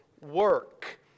work